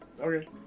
Okay